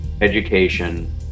education